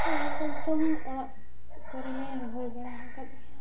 ᱦᱳᱭ ᱠᱚᱢ ᱥᱚᱢ ᱚᱲᱟᱜ ᱠᱚᱨᱮᱞᱮ ᱨᱚᱦᱚᱭ ᱵᱟᱲᱟ ᱦᱟᱠᱟᱫ ᱜᱮᱭᱟ